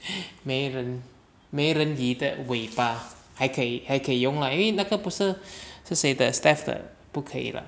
没人没人鱼的尾巴还可以还可以用 lah 因为那个不是是谁的 steph 的不可以 lah